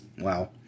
Wow